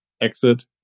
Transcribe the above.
exit